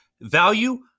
value